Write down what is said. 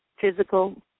physical